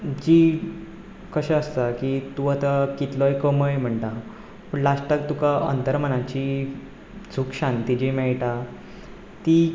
जी कशें आसता की तूं आतां कितलोय कमय म्हणटा पूण लास्टाक तुका अंतर्मनाची सूख शांती जी मेळटा ती